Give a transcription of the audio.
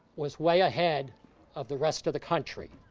was way ahead of the rest of the country.